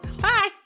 Bye